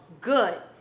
good